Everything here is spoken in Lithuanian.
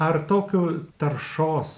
ar tokiu taršos